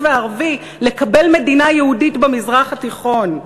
הערבי לקבל מדינה יהודית במזרח התיכון.